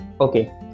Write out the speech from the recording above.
Okay